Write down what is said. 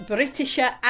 Britisher